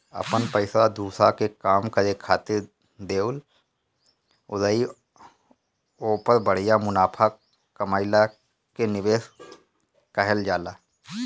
अपन पइसा दोसरा के काम करे खातिर देवल अउर ओहपर बढ़िया मुनाफा कमएला के निवेस कहल जाला